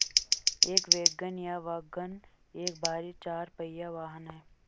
एक वैगन या वाग्गन एक भारी चार पहिया वाहन है